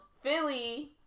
Philly